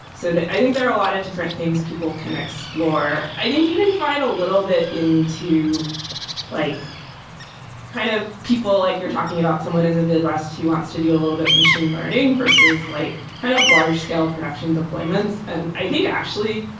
so i think there are a lot of different things people can explore. i think you can divide a little bit into like kind of people, like you're talking about someone in the midwest who wants to do a little bit machine learning versus like kind of large scale production deployments. and i think, actually,